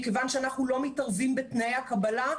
מכיוון שאנחנו לא מתערבים בתנאי הקבלה,